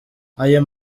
ayo